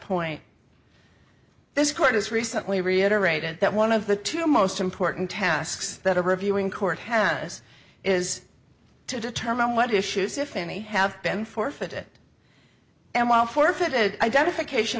point this court has recently reiterated that one of the two most important tasks that a reviewing court hands is to determine what issues if any have been forfeited and while forfeited identification